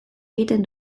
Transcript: egiten